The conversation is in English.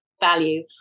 value